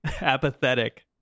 Apathetic